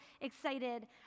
excited